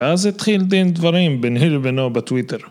אז התחיל דין דברים בנהיר בינו בטוויטר.